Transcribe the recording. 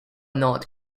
not